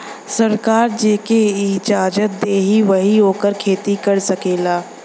सरकार जेके इजाजत देई वही ओकर खेती कर सकेला